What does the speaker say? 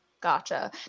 Gotcha